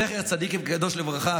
זכר צדיק וקדוש לברכה,